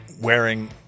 wearing